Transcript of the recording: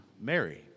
Mary